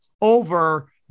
over